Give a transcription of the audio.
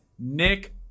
Nick